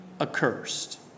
accursed